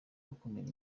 gukumira